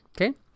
Okay